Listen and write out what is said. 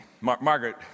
Margaret